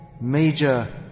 major